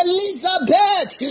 Elizabeth